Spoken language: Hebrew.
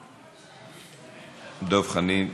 בבקשה.